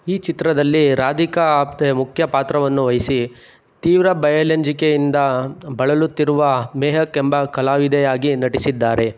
ಈ ಚಿತ್ರದಲ್ಲಿ ರಾಧಿಕಾ ಆಪ್ಟೆ ಮುಖ್ಯ ಪಾತ್ರವನ್ನು ವಹಿಸಿ ತೀವ್ರ ಬಯಲಂಜಿಕೆಯಿಂದ ಬಳಲುತ್ತಿರುವ ಮೆಹಕೆಂಬ ಕಲಾವಿದೆಯಾಗಿ ನಟಿಸಿದ್ದಾರೆ